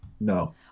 No